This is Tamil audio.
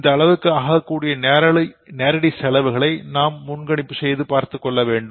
இந்த அளவுக்கு ஆகக்கூடிய நேரடி செலவுகளை நாம் முன்கணிப்பு செய்துகொள்ளவேண்டும்